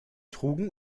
trugen